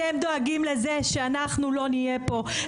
אתם דואגים לזה שאנחנו לא נהיה פה,